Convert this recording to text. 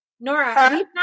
Nora